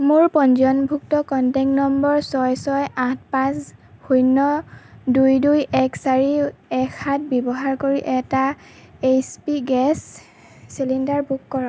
মোৰ পঞ্জীয়নভুক্ত contact number ছয় ছয় আঠ পাঁচ শূন্য দুই দুই এক চাৰি এক সাত ব্যৱহাৰ কৰি এটা H P gas cylinder book কৰক